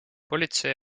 politsei